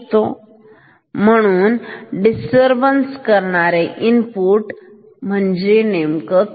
नाही म्हणजे डिस्टर्ब करणारे इनपुट म्हणजे काय